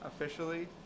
officially